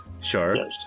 sure